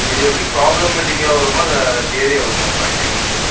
இது எப்படி ப்ராப்ளமேட்டிக்காக வருமா இல்லை தியரியாக வருமாப்பா இந்த யூனிட்டு